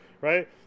right